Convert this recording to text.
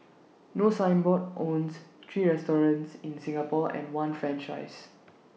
no signboard owns three restaurants in Singapore and one franchisee